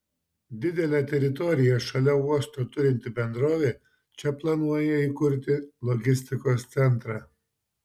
didelę teritoriją šalia uosto turinti bendrovė čia planuoja įkurti logistikos centrą